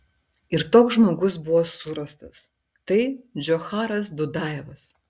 ir toks žmogus buvo surastas tai džocharas dudajevas